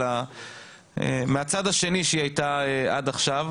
אלא מהצד השני שהיא הייתה עד עכשיו,